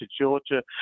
Georgia